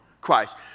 Christ